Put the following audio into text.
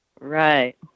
right